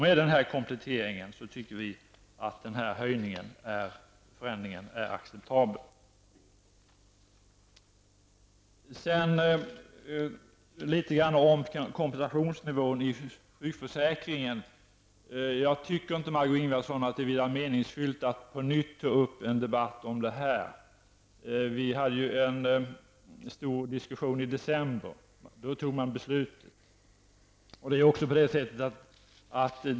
Med den här kompletteringen tycker vi att en förändring är acceptabel. Så litet grand om kompensationsnivån i sjukförsäkringen. Jag tycker inte, Margó Ingvardsson, att det vore meningsfullt att på nytt ta upp en debatt om det. Vi hade en stor diskussion om detta i december och då fattades ett beslut.